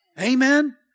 Amen